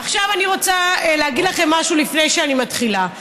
עכשיו אני רוצה להגיד לכם משהו לפני שאני מתחילה.